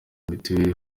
mitiweri